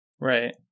Right